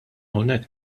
hawnhekk